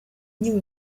nyigo